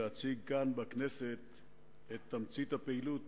ההזדמנות להציג כאן בכנסת את תמצית הפעילות